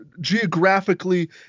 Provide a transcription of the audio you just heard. Geographically